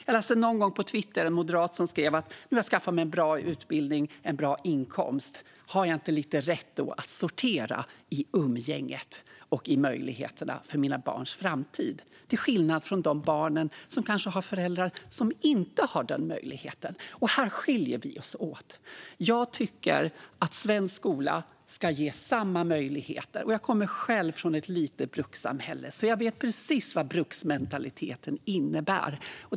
Jag läste en gång på Twitter en moderat som skrev: Nu har jag skaffat mig en bra utbildning och en bra inkomst. Har jag då inte lite rätt att sortera i umgänget och i möjligheterna för mina barns framtid? Det är då till skillnad från de barnen som kanske har föräldrar som inte har den möjligheten. Här skiljer vi oss åt. Jag tycker att svensk skola ska ge samma möjligheter. Jag kommer själv från ett litet brukssamhälle. Jag vet precis vad bruksmentaliteten innebär.